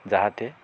जाहाथे